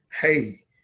hey